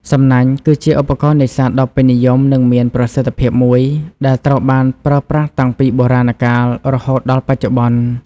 សំណាញ់ គឺជាឧបករណ៍នេសាទដ៏ពេញនិយម និងមានប្រសិទ្ធភាពមួយ ដែលត្រូវបានប្រើប្រាស់តាំងពីបុរាណកាលរហូតដល់បច្ចុប្បន្ន។